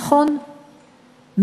נכון,